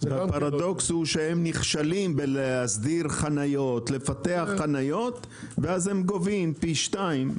הפרדוקס הוא שהם נכשלים בלפתח ולהסדיר חניות ואז הם גובים פי שניים.